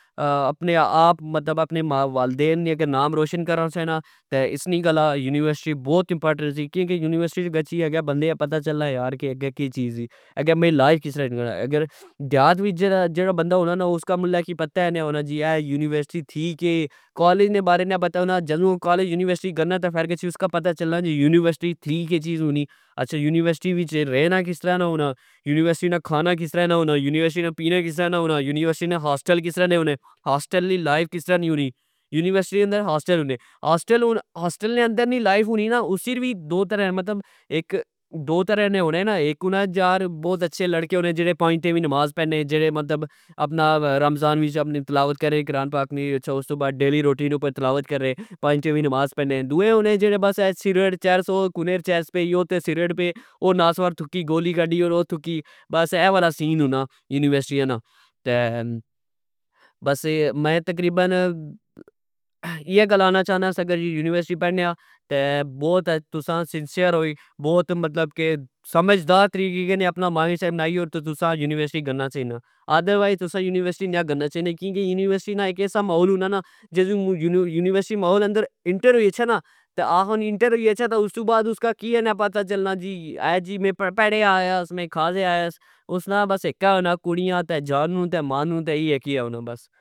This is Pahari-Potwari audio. آ اپنے آپ اپنے والدین نا کہ نام روشن کرے سا ا.س گلہ یونیورسٹی بوت امپورٹینٹ سی کیاکہ یونیورسٹی گچھی اگہ بندے پتا چلنا کہ اگے کی چیزای اگہ میں لائف کسرہ دیہات وچ جیڑا بندا ہونا نا ,اس کی پتا نی ہونا کہ اہہ یونیورسٹی تھی کہ کالج نے بارے نے پتا ہونا .جدو کالج یونیورسٹی گنا فر اسکی گطھی پتا چلنا کہ یونیورسٹی تھی کہ چیز ہونی. اچھا یونیورسٹی وچ رینا کسرہ ہونا ,یونیورسٹی نا کھانا کسرہ ہونا, یونیورسٹی نا پینا کسرہ نا ہونا, یونیورسٹی نے ہاسٹل کسرہ نے ہونے, ہاسٹل نی لائف کسطرع نی ہونی ,یونیورسٹی اندر ہاسٹل ہونے, ہوسٹل ہن ہاسٹل نے اندر نی لائف ہونی نا ,اسر وی دو ترہ نے ہونے نا اک ہونا یار بوت اچھے لڑکے ہونے جیڑے پنج ٹئمی نماز پڑنے جیڑے مطلب اپنا رمضان وچ اپنی تلاوت کرنے اپنی قرآن پاک نی اس تو بعد ڈیلی روٹین اپر تلاوت کرنے پنج ٹئمی نماز پڑھنے دؤے ہونے جیڑے سیگرٹ چرس او کنے چرس پئی او کنے چرس پئی او سگرٹ دے او ناسوارتھکی گولی کڈی او تھکی بس اہہ والا سین ہونا یونیورسٹی نا میں بس, ایہ گل آکھنا چاہنا اگر یونیورسٹی پڑنے آ تہ تساں سنسئر ہوئی بوت مطلب کہ سمجدار طریقے کی اپنا مائنڈ سیٹ بنائی تساں یونیورسٹی گنا چائی نا ادا روئز تسایونیورسٹی نی گنا چائی نا کیا کہ یونیورسٹی نا اک ایسا ماحول ہونا نا جدو یونیورسٹی ماحول اندا اینٹر ہوئی گچھہ نا تہ اس تو بعد اسکا کیا نا پتا چلنا ,جی اہہ میں پڑے آیاس میں کھاسے آیاس اسنا بس اکہ ہونا کڑیا تہ جانو تہ مانو